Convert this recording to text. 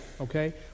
Okay